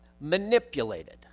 manipulated